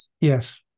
Yes